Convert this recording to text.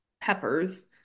peppers